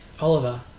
Oliver